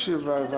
יש לי בוועדה.